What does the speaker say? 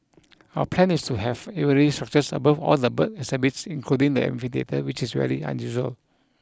our plan is to have aviary structures above all the bird exhibits including the amphitheatre which is very unusual